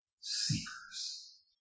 Seekers